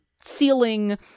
ceiling